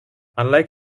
unlike